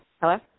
Hello